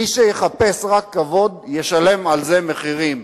מי שיחפש רק כבוד ישלם על זה מחירים,